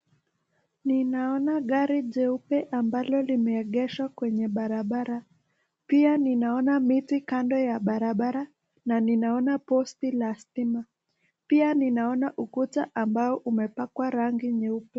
Ninaona gari jeupe ambalo limeegeshwa kwenye barabara. Pia ninaona miti kando ya barabara na ninaona posti la stima. Pia ninaona ukuta ambao umepakwa rangi nyeupe.